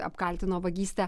apkaltino vagyste